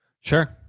Sure